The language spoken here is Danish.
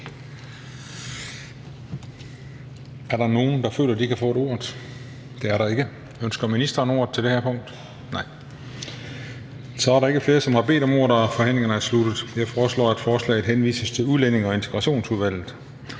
Er der nogen, der føler, at de ikke har fået ordet? Det er der ikke. Ønsker ministeren ordet til det her punkt? Nej. Så er der ikke flere, der har bedt om ordet, og forhandlingen er sluttet. Jeg foreslår, at forslaget henvises til Udlændinge- og Integrationsudvalget.